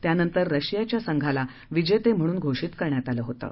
त्यानंतर रशियाच्या संघाला विजेते म्हणून घोषित करण्यात आलं होतं